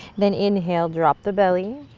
then inhale, drop the belly,